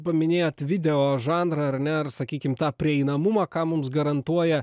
paminėjot video žanrą ar ne ar sakykim tą prieinamumą ką mums garantuoja